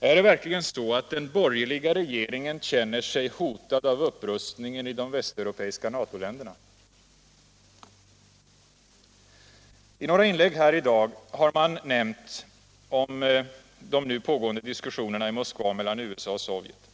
Är det verkligen så att den borgerliga regeringen känner sig hotad av upprustningen i de västeuropeiska NATO länderna? I några inlägg här i dag har man nämnt de nu pågående diskusionerna i Moskva mellan USA och Sovjet.